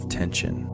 tension